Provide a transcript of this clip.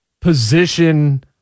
position